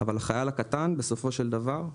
אבל לחייל הקטן בסופו של דבר,